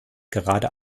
gerade